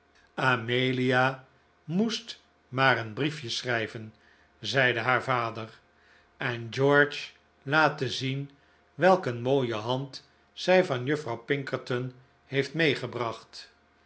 amelia moest maar een brief je schrijven zeide haar vader en george laten zien welk een mooie hand zij van juffrouw pinkerton heeft meegebracht